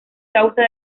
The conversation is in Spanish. causa